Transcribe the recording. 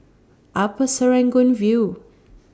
Upper Serangoon View